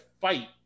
fight